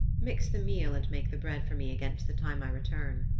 mix the meal and make the bread for me against the time i return.